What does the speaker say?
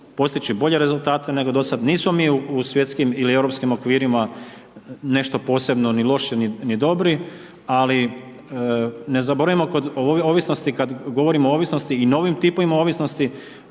postići bolje rezultate nego dosad, nismo mi u svjetskim ili europskim okvirima nešto posebno ni loši ni dobri, ali ne zaboravimo kod ovisnosti, kad govorimo o ovisnosti i novim tipovima ovisnosti,